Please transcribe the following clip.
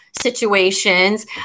situations